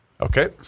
Okay